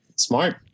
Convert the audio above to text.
Smart